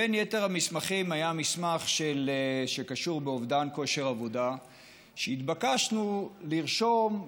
בין יתר המסמכים היה מסמך שקשור באובדן כושר עבודה שבו התבקשנו לרשום,